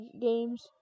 games